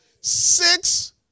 Six